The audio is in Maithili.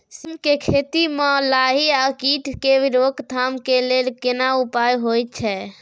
सीम के खेती म लाही आ कीट के रोक थाम के लेल केना उपाय होय छै?